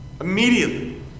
Immediately